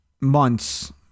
months